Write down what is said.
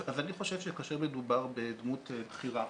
אז אני חושב שכאשר מדובר בדמות בכירה,